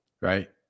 right